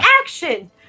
action